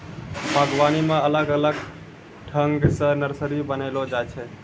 बागवानी मे अलग अलग ठंग से नर्सरी बनाइलो जाय छै